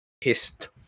pissed